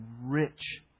rich